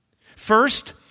First